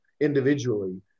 individually